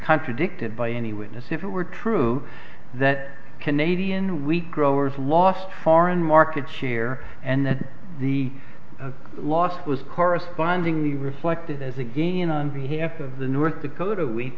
contradicted by any witness if it were true that canadian weak growers lost foreign market share and that the loss was correspondingly reflected as again on behalf of the north dakota w